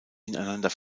ineinander